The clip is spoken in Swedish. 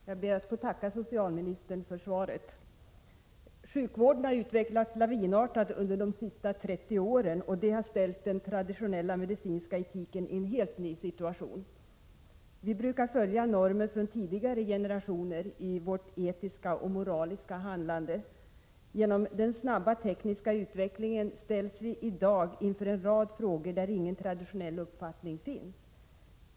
Herr talman! Jag ber att få tacka socialministern för svaret. Sjukvården har utvecklats lavinartat under de senaste 30 åren, och det har satt den traditionella medicinska etiken i en helt ny situation. Vi brukar följa normer från tidigare generationer i vårt etiska och moraliska handlande. Men genom den snabba tekniska utvecklingen ställs vi i dag inför en rad frågor, där ingen traditionell uppfattning finns.